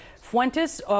Fuentes